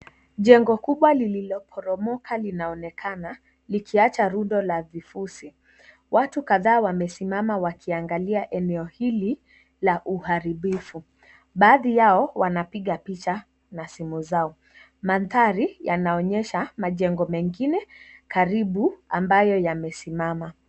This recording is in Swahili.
Jengo kubwa lililoporomoka linaonekana likiacha rundo la vifuzi. Watu kadhaa wamesimama wakiangalia eneo hili la uharibifu. Baadhi yao wanapiga picha na simu zao, mandhari yanaonyesha majengo mengine karibu ambayo yamesimama.